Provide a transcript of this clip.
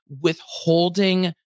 withholding